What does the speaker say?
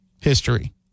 history